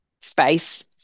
space